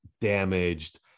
damaged